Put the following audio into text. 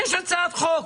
יש הצעת חוק,